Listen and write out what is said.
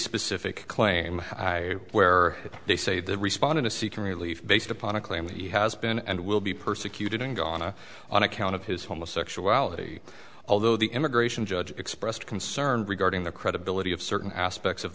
specific claim i where they say they responded to seeking relief based upon a claim that he has been and will be persecuted and gone on account of his homosexuality although the immigration judge expressed concern regarding the credibility of certain aspects of